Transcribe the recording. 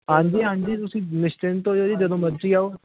ਹਾਂਜੀ ਹਾਂਜੀ ਤੁਸੀਂ ਨਿਸ਼ਚਿੰਤ ਹੋ ਜਾਓ ਜੀ ਜਦੋਂ ਮਰਜ਼ੀ ਆਓ